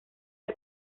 del